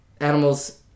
animals